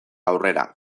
aurrera